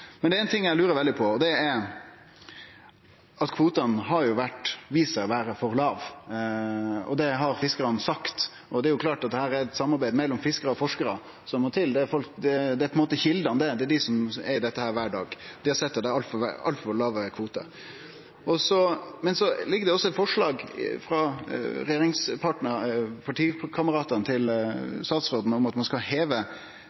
Men det er éin ting eg lurer veldig på. Kvotane har vist seg å vere for låge, det har fiskarane sagt. Her er det eit samarbeid mellom fiskarar og forskarar som må til. Det er på ein måte kjeldene, det er dei som er i dette kvar dag. Dei har sett at det er altfor låge kvotar. Det ligg føre eit forslag frå partikameratane til statsråden om at ein skal heve